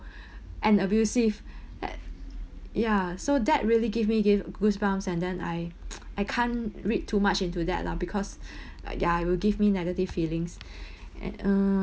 and abusive a~ ya so that really give me give goosebumps and then I I can't read too much into that lah because ya it will give me negative feelings and uh~